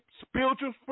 spiritual